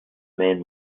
main